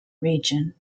region